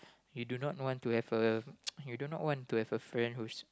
you do not want to have a you do not want to have friend who's